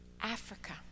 Africa